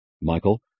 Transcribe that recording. Michael